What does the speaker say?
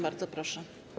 Bardzo proszę.